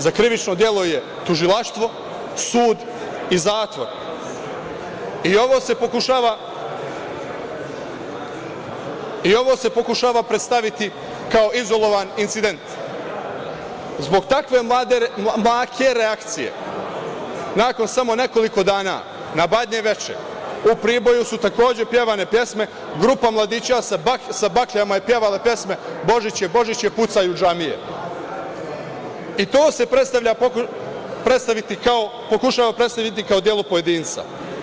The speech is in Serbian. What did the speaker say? Za krivično delo je tužilaštvo, sud i zatvor i ovo se pokušava predstaviti kao izolovan incident, zbog takve mlake reakcije, nakon samo nekoliko dana na Badnje veče u Priboju su takođe pevane pesme, grupa mladića sa bakljama je pevala pesme „Božić je, Božić je, pucaj u džamije“ i to se pokušava predstaviti kao delo pojedinca.